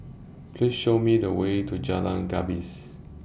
Please Show Me The Way to Jalan Gapis